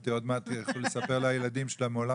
חשבתי עוד מעט ילכו לספר לילדים שמעולם